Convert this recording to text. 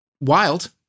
wild